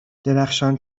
درخشان